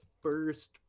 first